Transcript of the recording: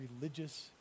religious